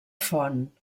font